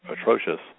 atrocious